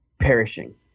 perishing